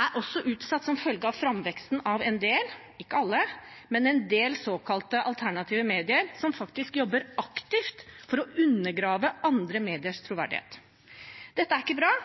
er også utsatt som følge av framveksten av en del – ikke alle, men en del – såkalte alternative medier som faktisk jobber aktivt for å undergrave andre mediers troverdighet. Dette er ikke bra